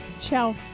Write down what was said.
Ciao